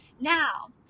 Now